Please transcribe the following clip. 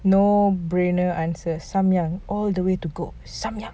no brainer answer samyang all the way to cook samyang